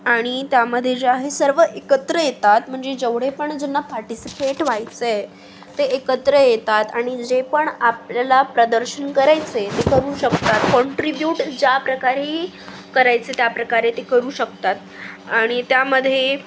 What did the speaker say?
आणि त्यामध्ये जे आहे सर्व एकत्र येतात म्हणजे जेवढे पण ज्यांना पार्टिसिपेट व्हायचं आहे ते एकत्र येतात आणि जे पण आपल्याला प्रदर्शन करायचं आहे ते करू शकतात कॉन्ट्रीब्यूट ज्या प्रकारे करायचं आहे त्या प्रकारे ते करू शकतात आणि त्यामध्ये